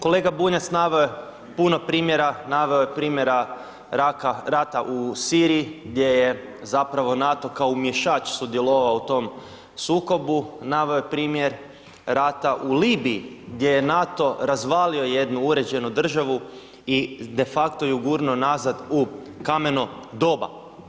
Kolega Bunjac naveo je puno primjera, naveo je primjera raka, rata u Siriju gdje je zapravo NATO kao umješač sudjelovao u tom sukobu, naveo je primjer rata u Libiji gdje je NATO razvalio jednu uređenu državu i de facto ju gurnuo nazad u kameno doba.